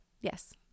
yes